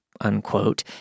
unquote